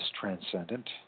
transcendent